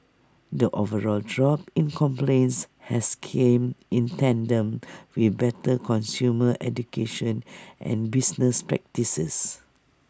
the overall drop in complaints has came in tandem with better consumer education and business practices